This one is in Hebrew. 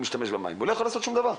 להשתמש במים והם לא יכולים לעשות שום דבר.